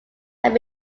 have